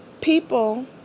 people